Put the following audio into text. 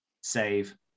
save